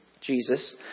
Jesus